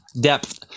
depth